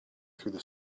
through